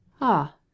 Ah